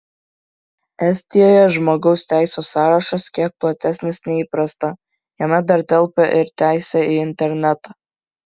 estijoje žmogaus teisių sąrašas kiek platesnis nei įprasta jame dar telpa ir teisė į internetą